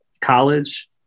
college